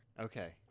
Okay